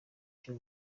icyo